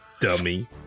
Dummy